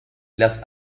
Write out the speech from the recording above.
las